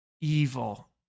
evil